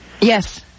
Yes